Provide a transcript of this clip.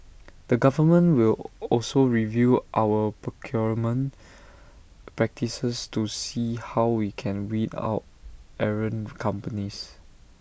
the government will also review our procurement practices to see how we can weed out errant companies